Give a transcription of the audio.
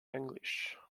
english